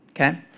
Okay